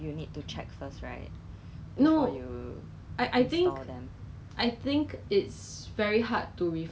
其实 like like ever since young I wanted to learn baking but then I don't have the proper tools and